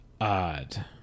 odd